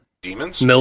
Demons